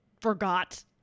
forgot